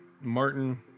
Martin